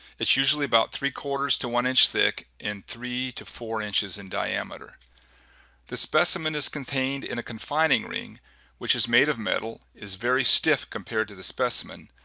it's usually about three quarters to one inch thick and three to four inches in diameter the specimen is contained in a confining ring which is made of metal, is very stiff compared to the specimen,